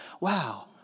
Wow